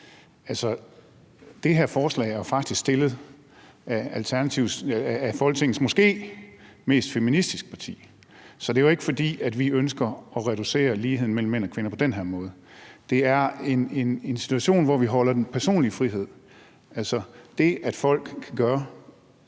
i. Det her forslag er faktisk fremsat af Folketingets måske mest feministiske parti, så det er jo ikke, fordi vi ønsker at reducere ligheden mellem mænd og kvinder på den her måde. Det er en institution, hvor vi holder fast i den personlige frihed – altså det, at folk kan gøre